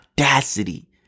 audacity